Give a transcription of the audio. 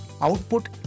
output